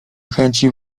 chęci